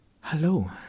Hello